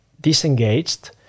disengaged